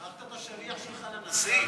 שכחת את השליח שלך לנשיא?